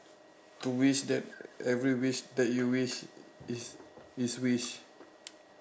to wish that every wish that you wish is is wish